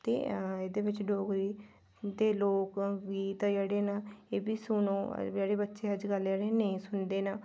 ते एह्दे बिच डोगरी दे लोकगीत जेह्ड़े न एह्बी सुनो जेह्ड़े बच्चे अजकल जेह्ड़े नेईं सुनदे न